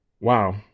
Wow